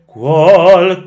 Qual